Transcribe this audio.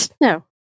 No